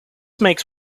makes